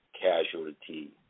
casualty